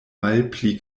malpli